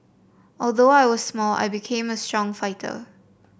although I was small I became a strong fighter